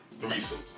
threesomes